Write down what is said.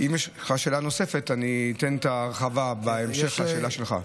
אם יש לך שאלה נוספת אני אתן את המענה בהמשך לשאלה שלך.